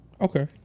Okay